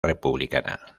republicana